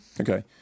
Okay